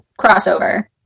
crossover